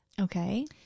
Okay